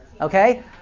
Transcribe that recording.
Okay